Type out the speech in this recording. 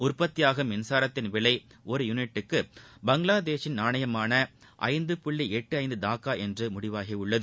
உற்பத்தியாகும் மின்சாரத்தின் விலை ஒரு யூனிட்டுக்கு பங்களாதேஷின் நாணயமான ஐந்து புள்ளி எட்டு ஐந்து தாக்கா என்று முடிவாகியிருக்கிறது